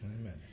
Amen